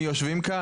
הם יושבים כאן.